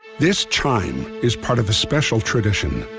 this time is part of a special tradition,